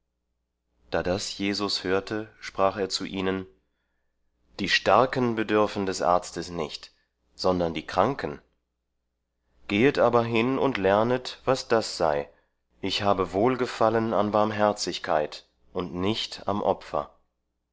da das jesus hörte sprach er zu ihnen die starken bedürfen des arztes nicht sondern die kranken gehet aber hin und lernet was das sei ich habe wohlgefallen an barmherzigkeit und nicht am opfer